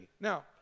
Now